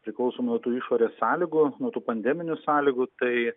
priklauso nuo tų išorės sąlygų nuo tų pandeminių sąlygų tai